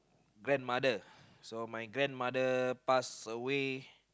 grandmother so my grandmother passed away